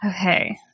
okay